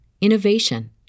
innovation